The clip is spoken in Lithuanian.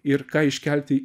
ir ką iškelti